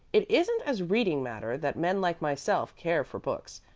it isn't as reading-matter that men like myself care for books.